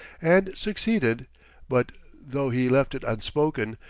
and succeeded but though he left it unspoken,